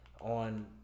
on